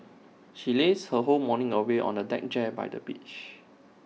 she lazed her whole morning away on A deck chair by the beach